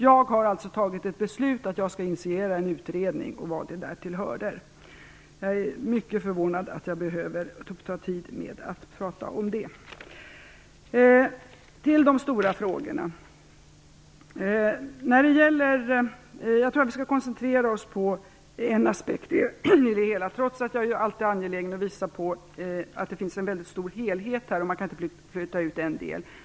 Jag har alltså fattat ett beslut att initiera en utredning och vad därtill hör. Jag är mycket förvånad över att jag behöver ta tid till att tala om det. Så till de stora frågorna. Jag tror att vi skall koncentrera oss på en aspekt i det hela, trots att jag alltid är angelägen att visa på att det finns en stor helhet och att man inte kan bryta ut en del.